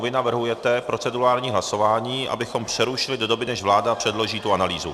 Vy navrhujete procedurální hlasování, abychom přerušili do doby, než vláda předloží tu analýzu.